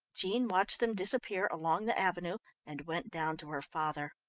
jean watched them disappear along the avenue, and went down to her father.